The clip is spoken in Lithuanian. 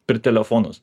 per telefonus